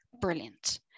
Brilliant